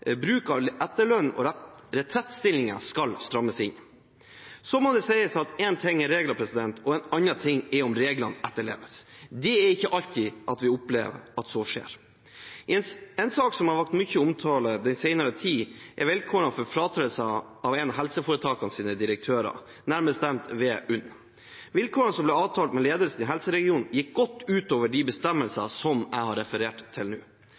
bruk av etterlønn og retrettstillinger skal strammes inn. Så må det sies at en ting er regler, og en annen ting er om reglene etterleves. Det er ikke alltid vi opplever at så skjer. En sak som har vakt mye omtale den senere tid, er vilkårene for fratredelse for en av helseforetakenes direktører, nærmere bestemt ved Universitetssykehuset Nord-Norge. Vilkårene som ble avtalt med ledelsen i helseregionen, gikk godt ut over de bestemmelsene som jeg har referert til nå.